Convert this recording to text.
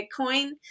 Bitcoin